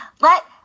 Let